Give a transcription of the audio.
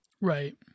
Right